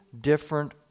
different